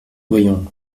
voyons